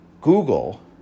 Google